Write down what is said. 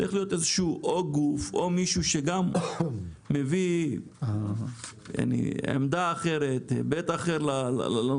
צריך להיות או גוף או מישהו שמביא עמדה אחרת או היבט אחר בנושא,